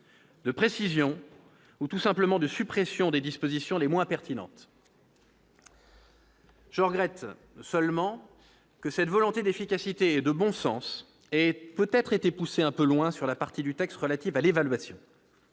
de précision ou, tout simplement, de suppression des dispositions les moins pertinentes. Je regrette seulement que cette volonté d'efficacité et de bon sens ait peut-être été poussée un peu loin sur la partie du texte relative à l'évaluation,